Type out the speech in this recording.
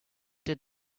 did